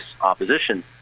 opposition